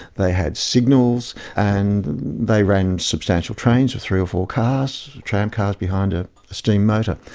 they had signals and they ran substantial trains with three or four cars, tramcars behind a steam motor.